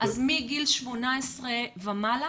אז מגיל 18 ומעלה.